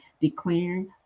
declaring